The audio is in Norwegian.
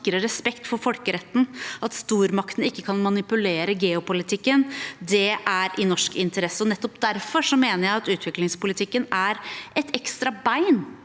sikre respekt for folkeretten, at stormaktene ikke kan manipulere geopolitikken, er i norsk interesse. Nettopp derfor mener jeg at utviklingspolitikken er et ekstra bein